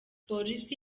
polisi